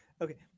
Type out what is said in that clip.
Okay